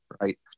right